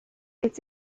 its